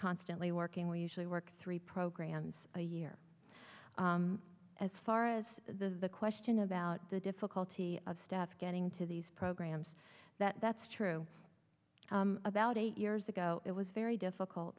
constantly working we usually work three programs a year as far as the question about the difficulty of staff getting to these programs that that's true about eight years ago it was very difficult